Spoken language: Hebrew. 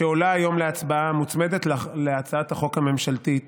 שעולה היום להצבעה ומוצמדת להצעת החוק הממשלתית